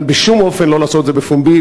אבל בשום אופן לא לעשות את זה בפומבי,